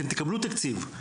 אתם תקבלו תקציב.